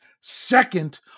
Second